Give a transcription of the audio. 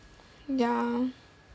ya